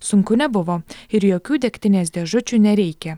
sunku nebuvo ir jokių degtinės dėžučių nereikia